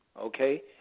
Okay